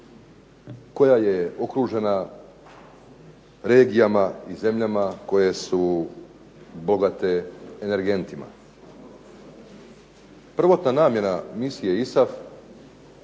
koja je okružena regijama i zemljama koje su bogate energentima. Prvotna namjena Misije ISAF